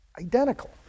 identical